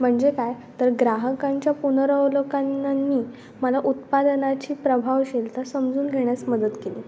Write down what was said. म्हणजे काय तर ग्राहकांच्या पुनरावलोकांना मला उत्पादनाची प्रभावशीलता तर समजून घेण्यास मदत केली